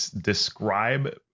describe